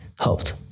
helped